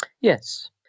Yes